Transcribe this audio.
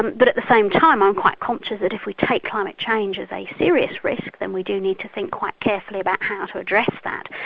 but at the same time i'm quite conscious that if we take climate change as a serious risk then we do need to think quite carefully about how to address that.